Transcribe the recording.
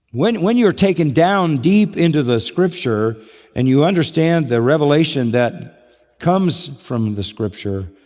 when when you're taken down deep into the scripture and you understand the revelation that comes from the scripture,